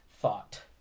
Thought